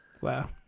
Wow